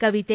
ಕವಿತೆ